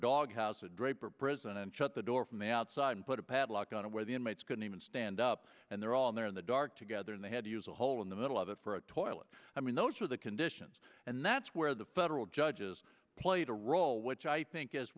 dog house a draper prison and shut the door from the outside and put a padlock on where the inmates couldn't even stand up and they're all in there in the dark together and they had to use a hole in the middle of it for a toilet i mean those are the conditions and that's where the federal judges played a role which i think as